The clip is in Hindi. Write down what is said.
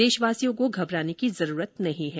देशवासियों को घबराने की जरूरत नहीं है